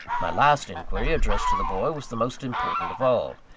my last inquiry addressed to the boy was the most important of all.